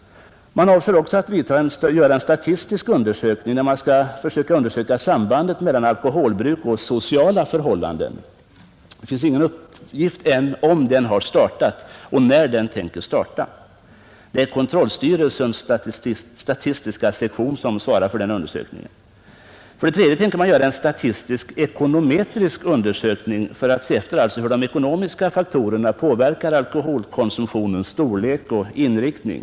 Man avser vidare att göra en statistisk undersökning i syfte att utreda sambandet mellan alkoholbruk och sociala förhållanden. Det föreligger ingen uppgift huruvida denna utredning ännu har påbörjats eller när den i annat fall skall påbörjas. Det är kontrollstyrelsens statistiska sektion som svarar för den undersökningen. Man avser vidare för det tredje att utföra en statistisk ekonometrisk undersökning i syfte att utreda hur de ekonomiska faktorerna påverkar alkoholkonsumtionens storlek och inriktning.